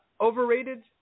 Overrated